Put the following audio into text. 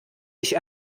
ich